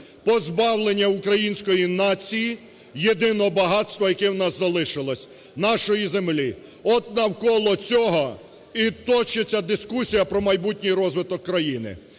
позбавлення української нації єдиного багатства, яке у нас залишилось – нашої землі. От навколо цього і точиться дискусія про майбутній розвиток країни.